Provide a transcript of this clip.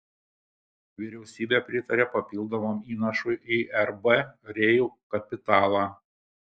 vyriausybė pritarė papildomam įnašui į rb rail kapitalą